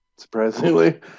Surprisingly